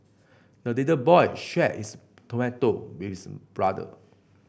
the little boy shared his tomato with brother